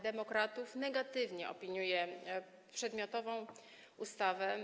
Demokratów negatywnie opiniuje przedmiotową ustawę.